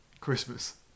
Christmas